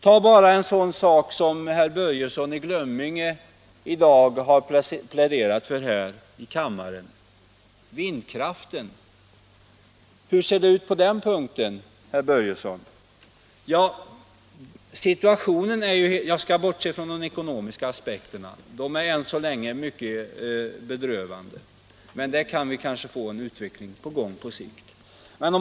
Ta bara det som herr Börjesson i Glömminge i dag har pläderat för här i kammaren — vindkraften. Hur ser det ut på den punkten, herr Börjesson? Jag skall bortse från de ekonomiska aspekterna — de är än så länge mycket bedrövande, men där kan vi kanske få en bättre utveckling på sikt.